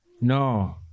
No